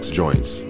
joints